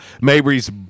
Mabry's